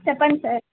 చెప్పండి సార్